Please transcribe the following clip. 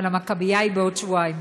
אבל המכבייה היא בעוד שבועיים.